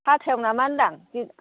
हाथायाव नामा होन्दां